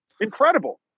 incredible